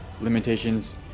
limitations